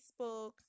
facebook